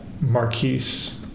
Marquise